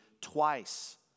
twice